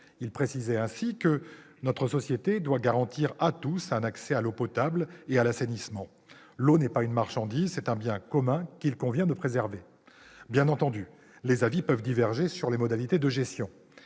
Il pensait en effet que « notre société doit garantir à tous un accès à l'eau potable et à l'assainissement. L'eau n'est pas une marchandise, c'est un bien commun qu'il convient de préserver. »